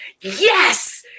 yes